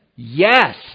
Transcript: Yes